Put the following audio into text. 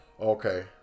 okay